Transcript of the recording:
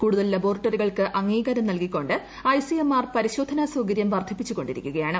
കൂടുതൽ ലബോറട്ടറികൾക്ക് അംഗീകാരം നൽകിക്കൊണ്ട് ഐ സി എം ആർ പരിശോധനാ സൌകര്യം വർദ്ധിപ്പിച്ചു കൊണ്ടിരിക്കുകയാണ്